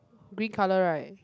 green colour right